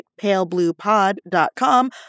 palebluepod.com